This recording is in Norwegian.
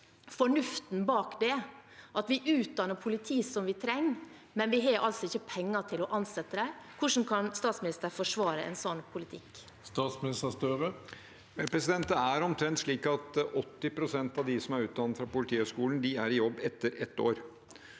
fornuften bak det at vi utdanner politi som vi trenger, men ikke har penger til å ansette dem. Hvordan kan statsministeren forsvare en sånn politikk? Statsminister Jonas Gahr Støre Det er omtrent slik at 80 pst. av de som er utdannet fra Politihøgskolen, er i jobb etter ett år.